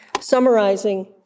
Summarizing